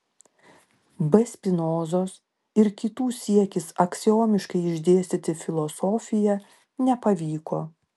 b spinozos ir kitų siekis aksiomiškai išdėstyti filosofiją nepavyko